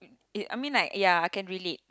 it I mean like ya I can relate